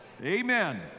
Amen